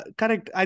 correct